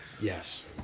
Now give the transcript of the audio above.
yes